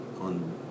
on